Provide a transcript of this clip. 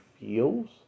feels